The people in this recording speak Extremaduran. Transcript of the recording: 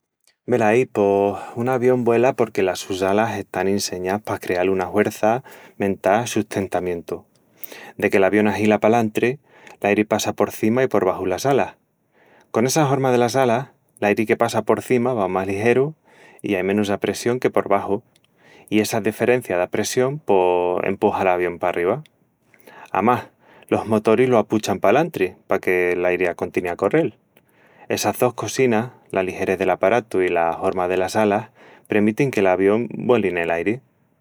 Velaí... pos... un avión vuela porque las sus alas están inseñás pa creal una huerça mentá sustentamientu. Deque.l'avión ahila pallantri, l'airi passa porcima i porbaxu las alas. Con essa horma delas alas, l'airi que passa porcima va más ligeru i ai menus apressión que por baxu. I essa deferencia d'apressión...pos... empuxa l'avión parriba. Amás, los motoris lo apuchan palantri paque l'airi acontini a correl. Essas dos cosinas, la ligerés del aparatu i la horma delas alas premitin que l'avion vueli nel airi.